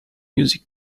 music